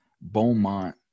Beaumont